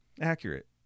accurate